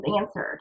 answered